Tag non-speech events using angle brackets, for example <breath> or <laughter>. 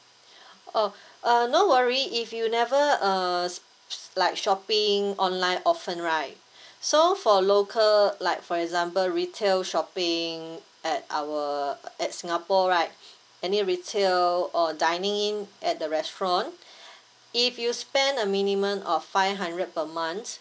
<breath> oh uh no worry if you never uh s~ s~ like shopping online often right so for local like for example retail shopping at our at singapore right any retail or dining in at the restaurant if you spend a minimum of five hundred per month